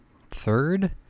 third